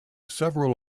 several